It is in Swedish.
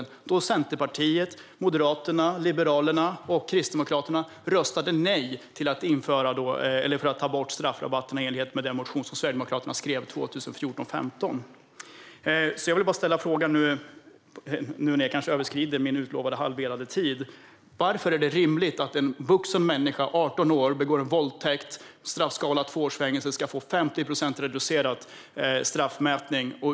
Då röstade Centerpartiet, Moderaterna, Liberalerna och Kristdemokraterna nej till att ta bort straffrabatterna i enlighet med den motion som Sverigedemokraterna skrev 2014/15. Jag vill ställa en fråga om detta. Varför är det rimligt att en vuxen människa som är 18 år och begår en våldtäkt med en straffskala på två års fängelse får 50 procents reducerad straffmätning?